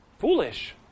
foolish